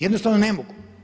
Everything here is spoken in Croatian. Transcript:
Jednostavno ne mogu.